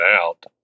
out